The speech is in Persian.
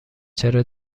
چرا